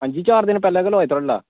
अंजी चार दिन पैह्लें गै लोआई थुआढ़े कोला